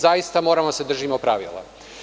Zaista moramo da se držimo pravila.